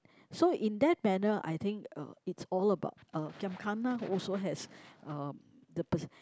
so in that banner I think uh it's all about uh giam-gana also has um the posi~